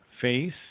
face